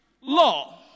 law